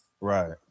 Right